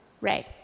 Ray